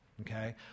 okay